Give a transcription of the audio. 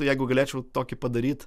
jeigu galėčiau tokį padaryt